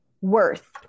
worth